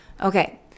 Okay